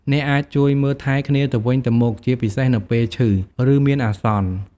អ្នកអាច ជួយមើលថែគ្នាទៅវិញទៅមក ជាពិសេសនៅពេលឈឺ ឬមានអាសន្ន។